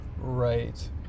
right